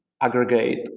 aggregate